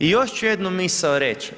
I još ću jednu misao reći.